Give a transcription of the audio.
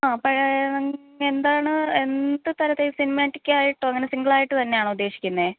ആ പഴയ എന്താണ് എന്ത് തരത്തില് സിനിമാറ്റിക്കായിട്ടോ അങ്ങനെ സിംഗിളായിട്ട് തന്നെയാണോ ഉദ്ദേശിക്കുന്നെ